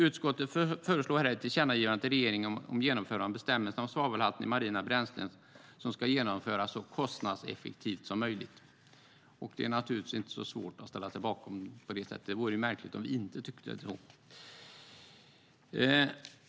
Utskottet föreslår här ett tillkännagivande till regeringen om att genomförandet av bestämmelserna om svavelhalten i marina bränslen ska ske så kostnadseffektivt som möjligt. Det är naturligtvis inte så svårt att ställa sig bakom. Det vore märkligt om vi inte tyckte så.